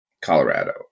Colorado